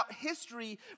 history